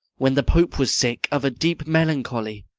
when the pope was sick of a deep melancholy,